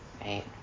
right